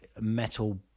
metal